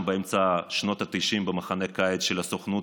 באמצע שנות התשעים במחנה קיץ של הסוכנות,